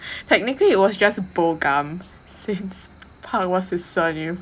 technically it was just since was his surname